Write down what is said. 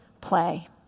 play